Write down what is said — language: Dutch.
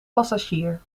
passagier